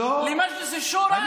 למועצת השורא,